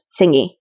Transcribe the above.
thingy